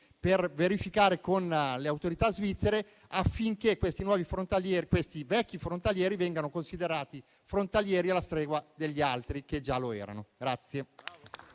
per verificare con le autorità svizzere affinché i vecchi frontalieri vengano considerati frontalieri alla stregua degli altri che già lo erano.